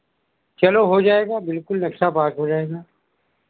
चलो हो जाएगा बिल्कुल नक्सा पास हो जाएगा